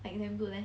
like damn good leh